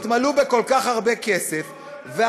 בתוך חבר כנסת חכם, מה אתה מציע?